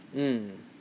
mm